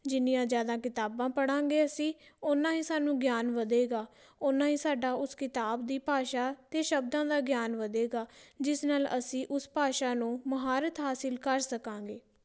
ਜਿੰਨੀਆਂ ਜ਼ਿਆਦਾ ਕਿਤਾਬਾਂ ਪੜ੍ਹਾਂਗੇ ਅਸੀਂ ਓਨਾ ਹੀ ਸਾਨੂੰ ਗਿਆਨ ਵਧੇਗਾ ਓਨਾ ਹੀ ਸਾਡਾ ਉਸ ਕਿਤਾਬ ਦੀ ਭਾਸ਼ਾ ਅਤੇ ਸ਼ਬਦਾਂ ਦਾ ਗਿਆਨ ਵਧੇਗਾ ਜਿਸ ਨਾਲ ਅਸੀਂ ਉਸ ਭਾਸ਼ਾ ਨੂੰ ਮਹਾਰਤ ਹਾਸਲ ਕਰ ਸਕਾਂਗੇ